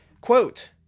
Quote